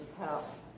health